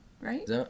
right